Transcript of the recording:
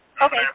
Okay